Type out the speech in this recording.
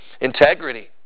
Integrity